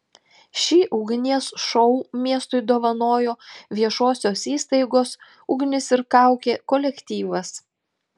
šį ugnies šou miestui dovanojo viešosios įstaigos ugnis ir kaukė kolektyvas